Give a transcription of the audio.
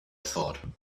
thought